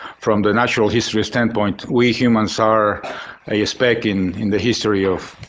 from the natural history standpoint, we humans are a speck in in the history of